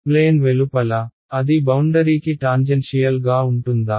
plane వెలుపల అది బౌండరీకి టాంజెన్షియల్ గా ఉంటుందా